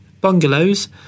Bungalows